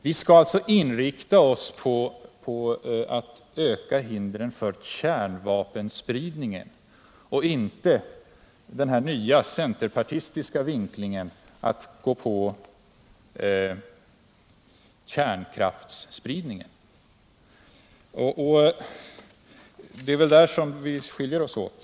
Vi skall alltså inrikta oss på att öka hindren för kärnvapenspridning och inte, som man gör med den nya centerpartistiska vinklingen, ge oss in på kärnkraftsspridningen. Det är här vi skiljer oss åt.